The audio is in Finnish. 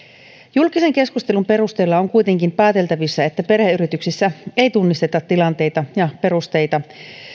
julkisen keskustelun perusteella on kuitenkin pääteltävissä että perheyrityksissä ei tunnisteta tilanteita ja perusteita joiden toteutuessa